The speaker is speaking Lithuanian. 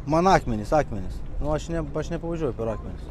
man akmenys akmenys nu aš ne aš nepavažiuoju per akmenis